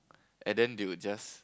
and then they will just